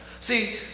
See